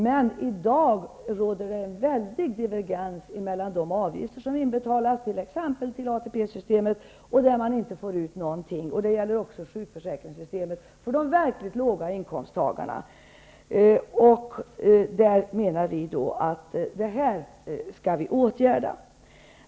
Men i dag råder en väldig divergens inom socialförsäkringssystemet, där man inte får ut någonting. Det gäller också sjukförsäkringssysstemet för dem med verkligt låga inkomster. Det menar vi att man skall åtgärda.